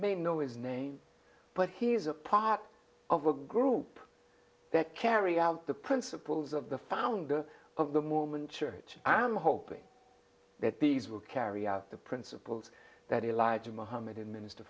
may know is name but he is a part of a group that carry out the principles of the founder of the mormon church i am hoping that these will carry out the principles that elijah mohammed a minister